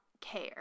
Care